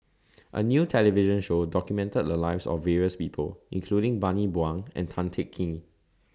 A New television Show documented The Lives of various People including Bani Buang and Tan Teng Kee